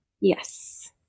Yes